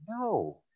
No